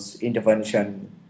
intervention